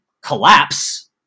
collapse